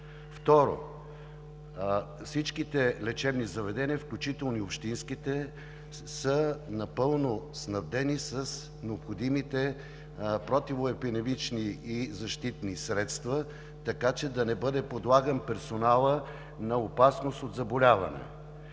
Второ, всичките лечебни заведения, включително и общинските, са напълно снабдени с необходимите противоепидемични и защитни средства, така че да не бъде подлаган персоналът на опасност от заболяването.